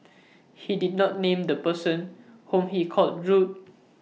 he did not name the person whom he called rude